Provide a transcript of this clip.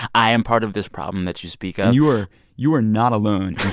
i am part of this problem that you speak of you are you are not alone